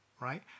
right